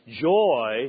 Joy